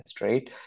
Right